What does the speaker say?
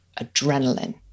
adrenaline